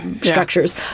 structures